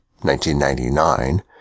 1999